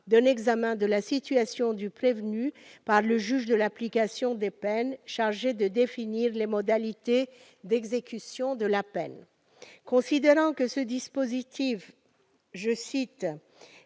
d'un examen de la situation du prévenu par le juge de l'application des peines, chargé de définir les modalités d'exécution de la peine. Considérant que ce dispositif a «